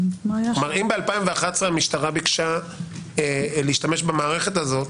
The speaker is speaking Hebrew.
אם ב-2011 המשטרה ביקשה להשתמש במערכת הזו,